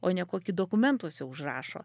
o ne kokį dokumentuose užrašo